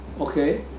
Okay